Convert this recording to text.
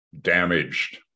damaged